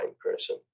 person